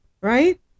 right